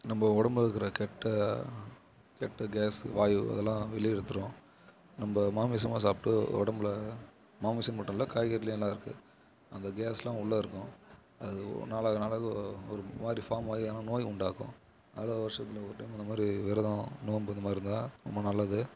நம்ம உடம்புல இருக்கிற கெட்ட கெட்ட கேஸு வாயு அதலாம் வெளியே இழுத்துடும் நம்ம மாமிசமாக சாப்பிட்டு உடம்புல மாமிசம் மட்டும் இல்லை காய்கறிலேயும் எல்லாம் இருக்கு அந்த கேஸ்லாம் உள்ளே இருக்கும் அது நாளாக நாளாக ஒரு மாதிரி ஃபார்மாகி எதுனா நோய் உண்டாக்கும் அதில் வருஷத்தில் ஒரு டைம் அந்த மாதிரி விரதம் நோன்பு இந்த மாதிரி இருந்தால் ரொம்ப நல்லது